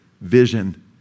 vision